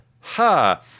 Ha